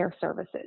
services